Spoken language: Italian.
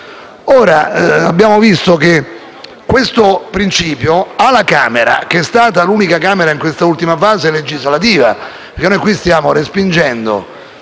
Abbiamo visto che questo principio è stato ripreso alla Camera, che è stata l'unica Camera in questa ultima fase legislativa perché qui stiamo respingendo